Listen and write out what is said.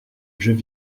jeux